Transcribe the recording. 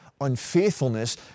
unfaithfulness